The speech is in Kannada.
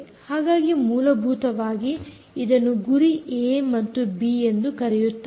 ಹಾಗಾಗಿ ಮೂಲಭೂತವಾಗಿ ಇದನ್ನು ಗುರಿ ಏ ಮತ್ತು ಗುರಿ ಬಿ ಎಂದು ಕರೆಯುತ್ತಾರೆ